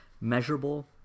measurable